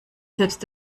selbst